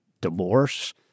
divorce